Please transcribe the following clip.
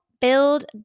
build